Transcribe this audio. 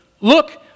Look